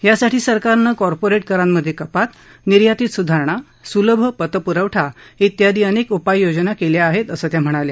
यासाठी सरकारनं कॉर्पोरेट करांमधे कपात निर्यातीत सुधारणा सुलभ पतप्रवठा इत्यादी अनेक उपाययोजना केल्या आहेत असं त्या म्हणाल्या